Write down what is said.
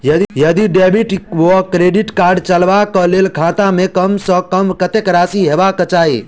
यदि डेबिट वा credit card चलबाक कऽ लेल खाता मे कम सऽ कम कत्तेक राशि हेबाक चाहि?